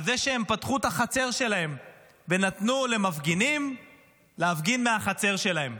על זה שהם פתחו את החצר שלהם ונתנו למפגינים להפגין מהחצר שלהם.